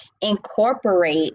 incorporate